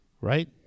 right